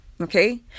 okay